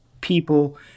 people